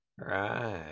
Right